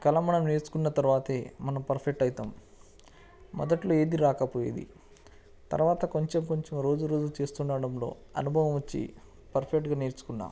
అ కళ మనం నేర్చుకున్న తర్వాతే మనం పర్ఫెక్ట్ అవుతాం మొదట్లో ఏది రాకపోయేది తర్వాత కొంచెం కొంచెం రోజు రోజు చేయడంలో అనుభవం వచ్చి పర్ఫెక్ట్గా నేర్చుకున్నాను